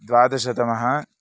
द्वादशतमः